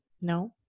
No